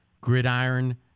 Gridiron